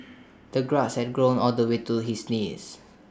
the grass had grown all the way to his knees